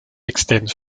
extends